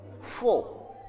Four